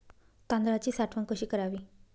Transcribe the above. तांदळाची साठवण कशी करावी?